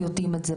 יודעים את זה.